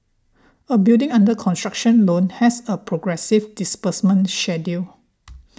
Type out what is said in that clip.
a building under construction loan has a progressive disbursement